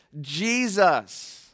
Jesus